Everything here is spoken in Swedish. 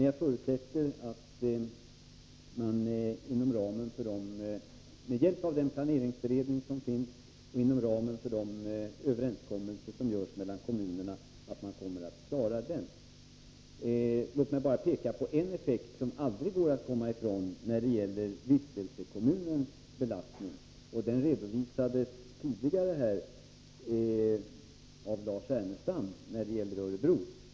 Jag förutsätter dock att man med hjälp av den planeringsberedning som finns och inom ramen för de överenskommelser som görs mellan kommunerna kommer att klara av den delen. Låt mig bara peka på en effekt som det aldrig går att komma ifrån när det gäller vistelsekommunens belastning. Denna redovisades tidigare här i kammaren av Lars Ernestam i fråga om Örebro.